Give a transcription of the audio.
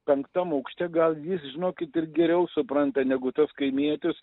penktam aukšte gal jis žinokit ir geriau supranta negu tas kaimietis